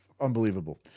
unbelievable